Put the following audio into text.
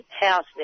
house